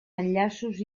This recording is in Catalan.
enllaços